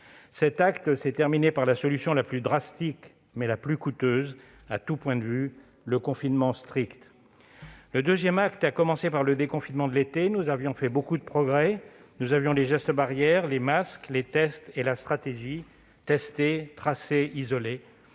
Cet acte s'est terminé par la solution la plus drastique, mais la plus coûteuse à tous points de vue, à savoir le confinement strict. Le deuxième acte a commencé par le déconfinement de l'été. Nous avions fait beaucoup de progrès- nous avions les gestes barrières, les masques, les tests et la stratégie « tester, tracer, isoler